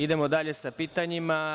Idemo dalje sa pitanjima.